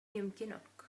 يمكنك